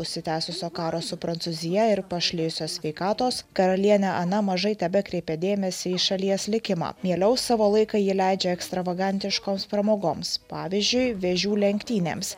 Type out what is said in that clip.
užsitęsusio karo su prancūzija ir pašlijusios sveikatos karaliene ana mažai tebekreipia dėmesį į šalies likimą mieliau savo laiką ji leidžia ekstravagantiškoms pramogoms pavyzdžiui vėžių lenktynėms